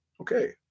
Okay